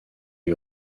lui